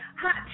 hot